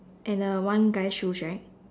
and a one guys shoes right